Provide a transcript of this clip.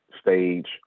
stage